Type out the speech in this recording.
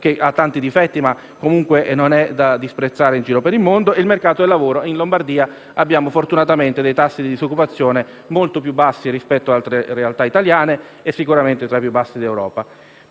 se lo confrontiamo con quanto esiste in giro per il mondo. Quanto al mercato del lavoro, in Lombardia abbiamo fortunatamente dei tassi di disoccupazione molto più bassi rispetto ad altre realtà italiane e sicuramente tra i più bassi d'Europa.